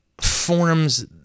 forms